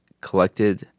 collected